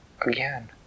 again